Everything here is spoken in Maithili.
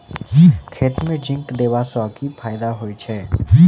खेत मे जिंक देबा सँ केँ फायदा होइ छैय?